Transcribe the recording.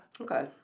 Okay